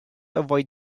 avoid